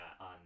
on